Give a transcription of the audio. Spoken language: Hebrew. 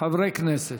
חברי הכנסת.